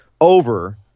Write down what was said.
over